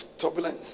turbulence